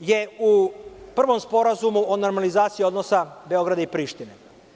je u prvom sporazumu o normalizaciji odnosa Beograda i Prištine.